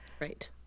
right